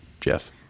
Jeff